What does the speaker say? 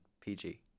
PG